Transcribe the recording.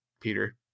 Peter